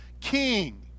King